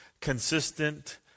consistent